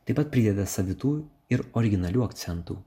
taip pat prideda savitų ir originalių akcentų